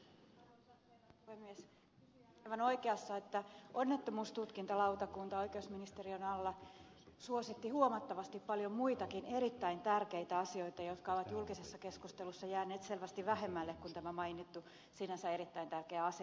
kysyjä on aivan oikeassa että onnettomuustutkintalautakunta oikeusministeriön alla suositti huomattavan paljon muitakin erittäin tärkeitä asioita jotka ovat julkisessa keskustelussa jääneet selvästi vähemmälle kuin tämä mainittu sinänsä erittäin tärkeä asekysymys